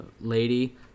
lady